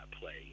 play